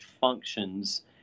functions